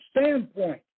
standpoint